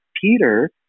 Peter